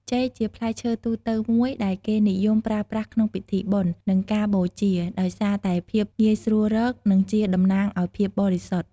ចេក ជាផ្លែឈើទូទៅមួយដែលគេនិយមប្រើប្រាស់ក្នុងពិធីបុណ្យ និងការបូជា ដោយសារតែភាពងាយស្រួលរក និងជាតំណាងឱ្យភាពបរិសុទ្ធ។